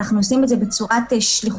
אנחנו עושים את זה בעזרת שליחות,